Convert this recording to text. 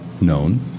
known